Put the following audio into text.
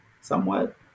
somewhat